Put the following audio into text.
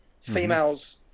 Females